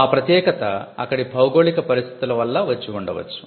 ఆ ప్రత్యేకత అక్కడి భౌగోళిక పరిస్థితుల వల్ల వచ్చి ఉండవచ్చు